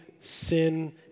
sin